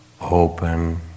open